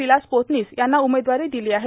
विलास पोतनीस यांना उमेदवारी दिली आहे